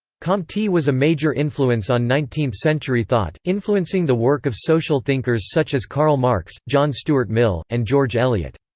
comte was a major influence on nineteenth century thought, influencing the work of social thinkers such as karl marx, john stuart mill, and george eliot.